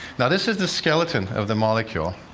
now, this is the skeleton of the molecule.